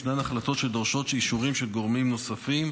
ישנן החלטות שדורשות אישורים של גורמים נוספים,